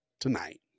tonight